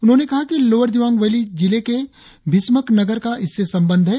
उन्होंने कहा कि लोअर दिवांग वैली के भीष्मकनगर का इससे संबंध है